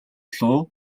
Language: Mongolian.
луу